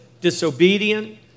disobedient